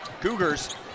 Cougars